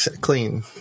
clean